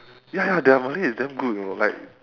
ya ya their malay is damn good you know like